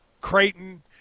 Creighton